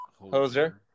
Hoser